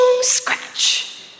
scratch